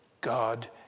God